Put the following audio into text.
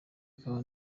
akaba